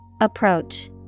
Approach